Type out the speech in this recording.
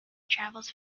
travels